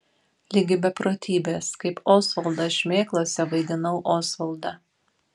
ligi beprotybės kaip osvaldas šmėklose vaidinau osvaldą